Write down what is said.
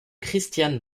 christian